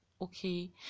Okay